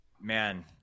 man